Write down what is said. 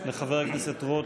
לחבר הכנסת רוט.